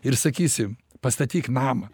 ir sakysi pastatyk namą